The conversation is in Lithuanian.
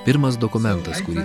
pirmas dokumentas kurį